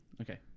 Okay